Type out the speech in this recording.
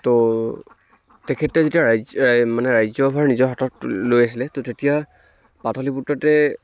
ত' তেখেতে যেতিয়া ৰাজ এই মানে ৰাজ্য়ভাৰ নিজৰ হাতত তুল লৈ আছিলে ত' তেতিয়া পাটলিপুত্ৰতে